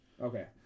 Okay